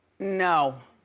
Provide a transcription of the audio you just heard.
no,